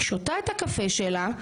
שותה את הקפה שלה,